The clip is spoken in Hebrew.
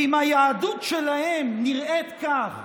כי אם היהדות שלהם נראית ככה,